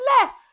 less